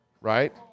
right